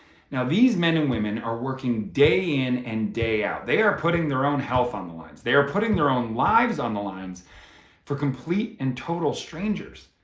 now these men and women are working day in and day out. they are putting their own health on the lines. they are putting their own lives on the lines for complete and total strangers,